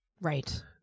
Right